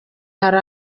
hari